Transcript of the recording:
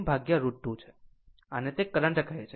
આને તે કરંટ કહે છે